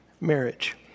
marriage